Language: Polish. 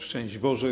Szczęść Boże!